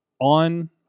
on